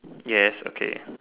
yes okay